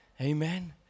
Amen